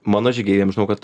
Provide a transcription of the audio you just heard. mano žygeiviam žinau kad